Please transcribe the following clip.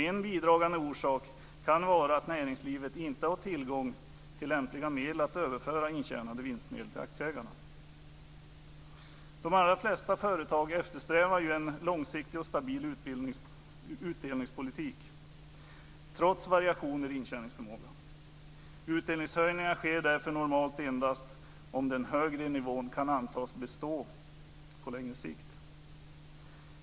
En bidragande orsak kan vara att näringslivet inte har tillgång till lämpliga medel för att överföra intjänade vinstmedel till aktieägarna. De allra flesta företag eftersträvar ju en långsiktig och stabil utdelningspolitik trots variationer i intjäningsförmågan. Utdelningshöjningar sker därför normalt endast om den högre nivån kan antas bestå på längre sikt.